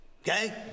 Okay